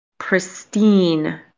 pristine